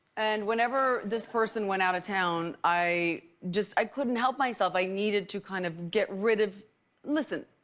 and whenever this person went out of town, i just, i couldn't help myself. i needed to kind of get rid of listen,